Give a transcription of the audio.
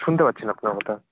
শুনতে পাচ্ছি না আপনার কথা